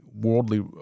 worldly